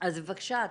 אז בבקשה,